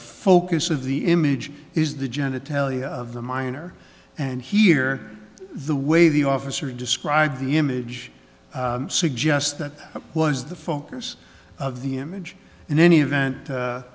focus of the image is the genitalia of the minor and here the way the officer described the image suggest that was the focus of the image in any event